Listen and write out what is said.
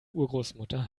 urgroßmutter